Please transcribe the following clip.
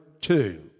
two